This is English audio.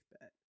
bet